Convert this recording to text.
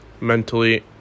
mentally